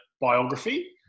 biography